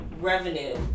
revenue